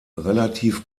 relativ